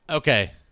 Okay